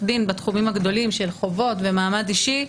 דין בתחומים הגדולים של חובות ומעמד אישי,